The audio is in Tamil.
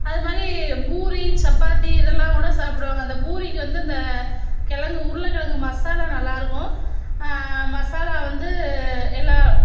அது மாரி பூரி சப்பாத்தி இதெல்லாங்கூட சாப்பிடுவாங்க அந்த பூரிக்கு வந்து அந்த கிழங்கு உருளைக்கிழங்கு மசாலா நல்லாயிருக்கும் மசாலா வந்து எல்லா